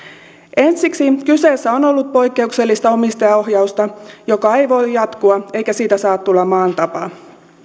ensiksi kyseessä on ollut poikkeuksellista omistajaohjausta joka ei voi jatkua eikä siitä saa tulla maan tapa